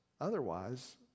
otherwise